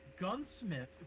Gunsmith